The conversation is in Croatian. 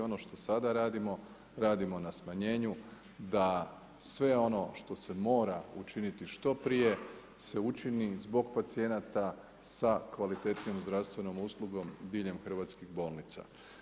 Ono što sada radimo, radimo na smanjenju, da sve ono što se mora učiniti što prije se učini zbog pacijenata sa kvalitetnijom zdravstvenom uslugom diljem hrvatskih bolnica.